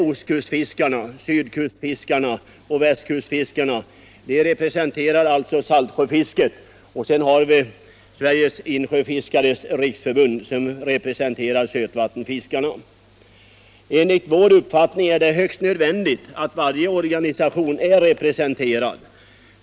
Ostkustfiskarna, sydkustfiskarna och västkustfiskarna representerar saltsjöfisket, och Sveriges Insjöfiskares riksförbund representerar sötvattenfiskarna. Enligt vår uppfattning är det högst nödvändigt att varje organisation är representerad.